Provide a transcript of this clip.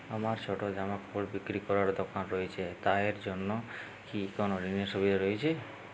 আমার ছোটো জামাকাপড় বিক্রি করার দোকান রয়েছে তা এর জন্য কি কোনো ঋণের সুবিধে রয়েছে?